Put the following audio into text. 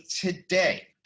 today